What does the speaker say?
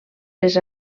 les